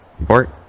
Bart